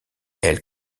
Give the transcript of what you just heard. elles